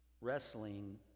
wrestling